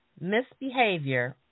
misbehavior